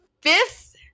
fifth